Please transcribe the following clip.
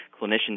clinicians